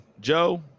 joe